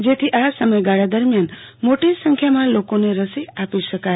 જેથી આ સમયગાળા દર મિયાન મોટી સંખ્યામાં લોકોને રસી આપી શકાય